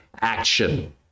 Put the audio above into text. action